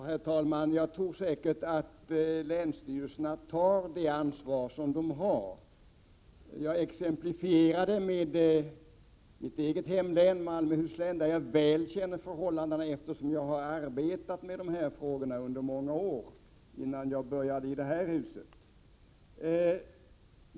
Herr talman! Jag tror att länsstyrelserna säkert tar det ansvar som vilar på dem. Jag exemplifierade med mitt eget hemlän, Malmöhus län, där jag väl känner till förhållandena, eftersom jag har arbetat där med dessa frågor under många år innan jag kom till riksdagen.